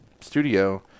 studio